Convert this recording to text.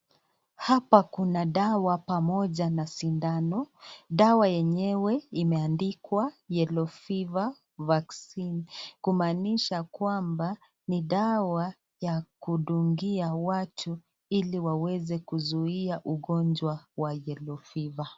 Hapa kuna dawa pamoja na sindano, dawa yenyewe imeandikwa Yellow fever vaccine kumaanisha kwamba ni dawa ya kudungia watu ili waweze kuzuia ugonjwa wa yellow fever